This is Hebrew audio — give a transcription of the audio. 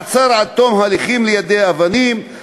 מעצר עד תום ההליכים למיידי אבנים,